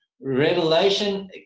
Revelation